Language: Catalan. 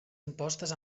impostes